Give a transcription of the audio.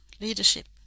leadership